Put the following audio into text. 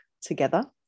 together